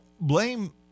blame